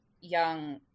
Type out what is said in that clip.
young